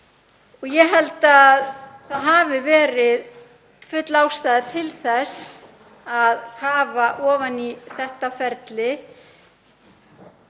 Ég held að það hafi verið full ástæða til þess að kafa ofan í þetta ferli.